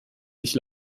sich